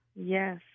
Yes